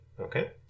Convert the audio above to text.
okay